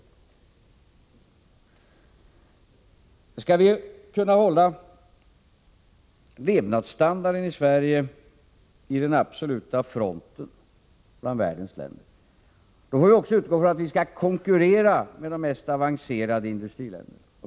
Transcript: Skall vi kunna hålla Sveriges levnadsstandard i den absoluta fronten av världens länder, får vi utgå från att vi skall kunna konkurrera med de mest avancerade industriländerna.